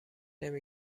نمی